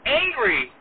angry